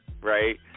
right